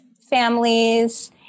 families